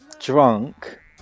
drunk